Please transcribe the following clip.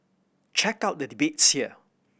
check out the debates here